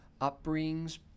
upbringings